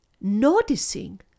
noticing